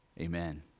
Amen